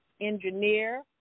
engineer